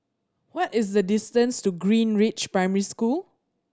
what is the distance to Greenridge Primary School